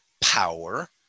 power